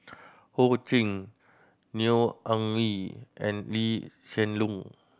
Ho Ching Neo Anngee and Lee Hsien Loong